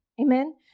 Amen